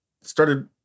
started